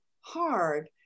hard